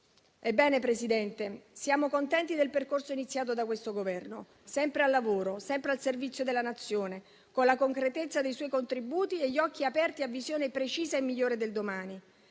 signor Presidente, siamo contenti del percorso iniziato da questo Governo, sempre al lavoro, sempre al servizio della Nazione, con la concretezza dei suoi contributi e gli occhi aperti a una visione precisa e migliore del domani.